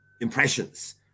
impressions